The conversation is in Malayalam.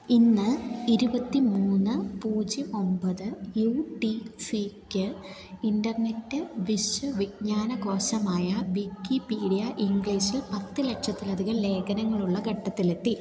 ഇന്ന് ഇരുപത്തിമൂന്ന് പൂജ്യം ഒമ്പത് യു ടി സിക്ക് ഇൻ്റെർനെറ്റ് വിശ്വവിജ്ഞാനകോശമായ വിക്കിപീഡിയ ഇംഗ്ലീഷിൽ പത്തുലക്ഷത്തിലധികം ലേഖനങ്ങളുള്ള ഘട്ടത്തിലെത്തി